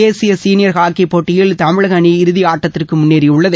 தேசிய senior hockey போட்டியில் தமிழக அணி இறுதி ஆட்டத்திற்கு முன்னேறியுள்ளது